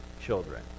children